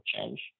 change